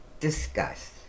Discuss